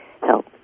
help